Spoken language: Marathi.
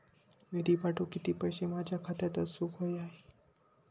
निधी पाठवुक किती पैशे माझ्या खात्यात असुक व्हाये?